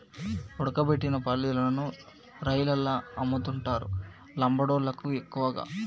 ఉడకబెట్టిన పల్లీలను రైలల్ల అమ్ముతుంటరు లంబాడోళ్ళళ్లు ఎక్కువగా